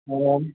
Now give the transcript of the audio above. अ